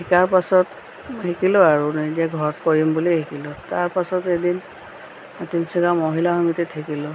শিকাৰ পাছত শিকিলো আৰু এনেকৈ ঘৰত কৰিম বুলিয়ে শিকিলো তাৰপাছত এদিন তিনচুকীয়া মহিলা সমিতিত শিকিলো